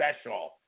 special